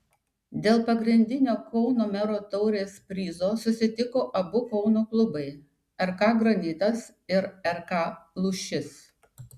dėl pagrindinio kauno mero taurės prizo susitiko abu kauno klubai rk granitas ir rk lūšis